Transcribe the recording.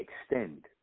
extend